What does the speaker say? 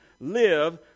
live